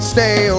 Stay